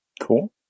Cool